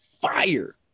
fire